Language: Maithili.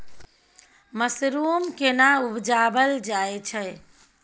मसरूम केना उबजाबल जाय छै?